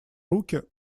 руки